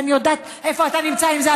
ואני יודעת איפה אתה נמצא עם זה,